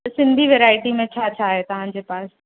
त सिंधी वैरायटी में छा छा आहे तव्हांजे पास